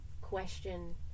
question